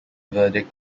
verdict